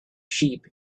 sheep